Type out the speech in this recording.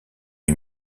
est